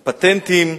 הפטנטים,